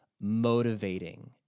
motivating